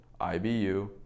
IBU